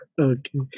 Okay